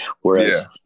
Whereas